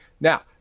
Now